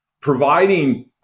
providing